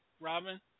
Robin